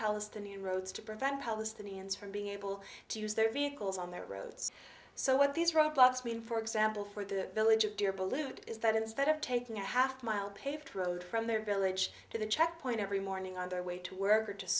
palestinian roads to prevent palestinians from being able to use their vehicles on their roads so what these roadblocks mean for example for the village of deer balut is that instead of taking a half mile paved road from their village to the checkpoint every morning on their way to work or